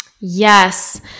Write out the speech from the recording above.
Yes